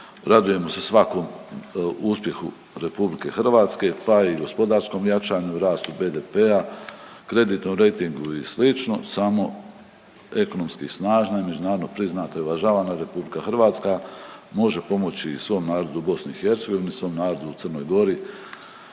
radujemo se svakom uspjehu Republike Hrvatske, pa i gospodarskom jačanju, rastu BDP-a, kreditnom rejtingu i slično. Samo ekonomski snažna i međunarodno priznata i uvažavana Republika Hrvatska može pomoći svom narodu u BiH, svom narodu u Crnoj Gori,